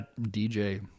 DJ